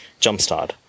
jumpstart